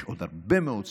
יש עוד הרבה מאוד סיבות,